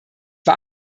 war